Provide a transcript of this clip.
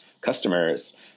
customers